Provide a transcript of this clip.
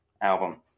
album